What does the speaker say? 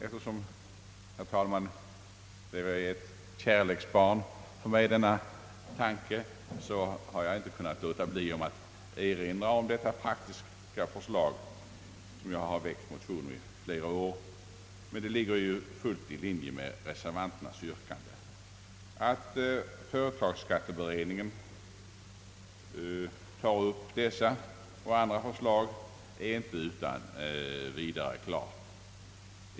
Eftersom, herr talman, denna tanke — som sagt är ett kärleksbarn för mig, har jag inte kunnat låta bli att erinra om detta praktiska förslag, som jag i flera år har väckt motion om. Det ligger helt i linje med reservanternas yrkande. Att företagsskatteberedningen tar upp detta och andra förslag är inte utan vidare klart.